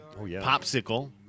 Popsicle